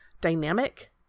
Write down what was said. dynamic